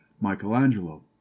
Michelangelo